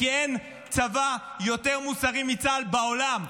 כי אין צבא יותר מוסרי מצה"ל בעולם.